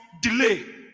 delay